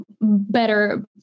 better